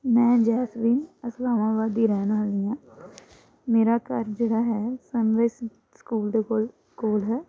ਮੈਂ ਜੈਸਮੀਨ ਇਸਲਾਮਾਬਾਦ ਦੀ ਰਹਿਣ ਵਾਲੀ ਆਂ ਮੇਰਾ ਘਰ ਜਿਹੜਾ ਹੈ ਸਨਵੇਸ ਸਕੂਲ ਦੇ ਕੋਲ ਕੋਲ ਹੈ